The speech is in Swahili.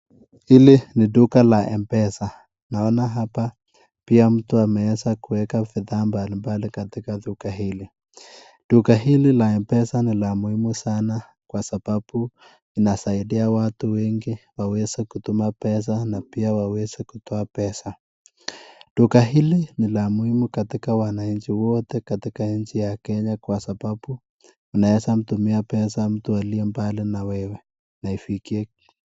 Hili ni duka la mpesa naona hapa pia mtu ameweza kuleta fedha mbalimbali katika duka hili. Duka hili la mpesa ni la muhimu sana kwa sababu inasaidia watu wengi waweze kutuma pesa na pia waweze kutoa pesa , duka hili ni la muhimu katika wananchi wote katika nchi ya Kenya kwa sababu anaweza mtumia pesa mtu aliye mbali na wewe na imfikie.